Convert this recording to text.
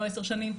לא עשר שנים.